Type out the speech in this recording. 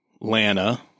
Lana